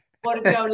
Porque